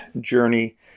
journey